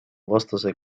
vastase